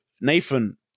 Nathan